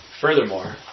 Furthermore